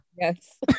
yes